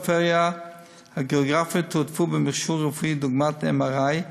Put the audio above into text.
הפריפריות הגיאוגרפיות תועדפו במכשור רפואי דוגמת MRI,